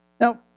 Now